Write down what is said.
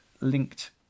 linked